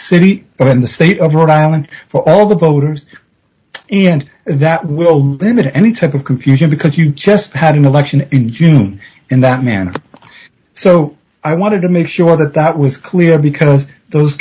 city but in the state of rhode island for all the voters and that will mimic any type of confusion because you just had an election in june in that manner so i wanted to make sure that that was clear because those